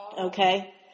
Okay